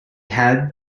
had